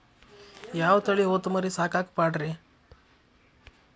ಯಾವ ತಳಿ ಹೊತಮರಿ ಸಾಕಾಕ ಪಾಡ್ರೇ?